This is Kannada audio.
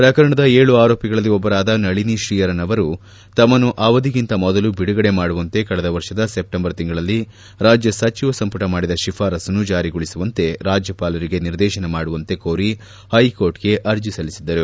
ಪ್ರಕರಣದ ಏಳು ಅಪರಾಧಿಗಳಲ್ಲಿ ಒಬ್ಬರಾದ ನಳನಿ ಶ್ರೀಹರನ್ ಅವರು ತಮ್ನನ್ನು ಅವಧಿಗಿಂತ ಮೊದಲು ಬಿಡುಗಡೆ ಮಾಡುವಂತೆ ಕಳೆದ ವರ್ಷದ ಸೆಪ್ಟೆಂಬರ್ ತಿಂಗಳಲ್ಲಿ ರಾಜ್ಯ ಸಚಿವ ಸಂಪುಟ ಮಾಡಿದ ಶಿಫಾರಸ್ಸನ್ನು ಜಾರಿಗೊಳಿಸುವಂತೆ ರಾಜ್ವಪಾಲರಿಗೆ ನಿರ್ದೇಶನ ಮಾಡುವಂತೆ ಕೋರಿ ಹೈಕೋರ್ಟ್ಗೆ ಅರ್ಜಿ ಸಲ್ಲಿಸಿದ್ದರು